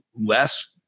less